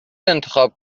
انتخاب